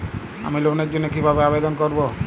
আমি লোনের জন্য কিভাবে আবেদন করব?